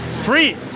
Free